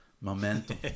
Momentum